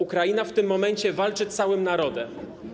Ukraina w tym momencie walczy całym narodem.